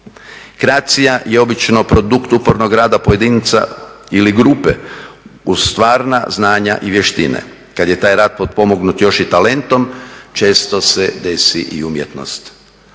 Kreacija je obično produkt upornog rada pojedinca ili grupe uz stvarna znanja i vještine. Kad je taj rad potpomognut još i talentom često se desi i umjetnost.